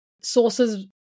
sources